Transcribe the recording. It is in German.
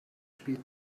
spiel